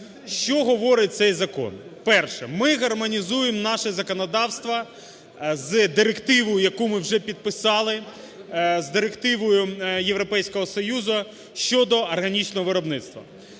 Що говорить цей закон? Перше: ми гармонізуємо наше законодавство з директивою, яку ми вже підписали, з Директивою Європейського Союзу щодо органічного виробництва.